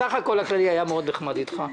בסך הכול הכללי היה מאוד נחמד איתך.